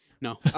No